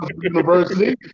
University